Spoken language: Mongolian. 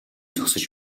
зогсож